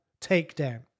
takedown